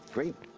great.